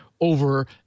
over